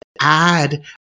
add